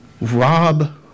rob